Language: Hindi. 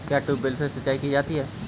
क्या ट्यूबवेल से सिंचाई की जाती है?